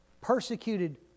persecuted